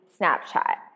Snapchat